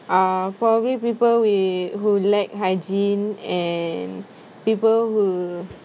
uh for me people with who lack hygiene and people who